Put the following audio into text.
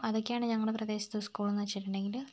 അതൊക്കെയാണ് ഞങ്ങളുടെ പ്രദേശത്തെ സ്കൂൾ എന്ന് വെച്ചിട്ടുണ്ടെങ്കിൽ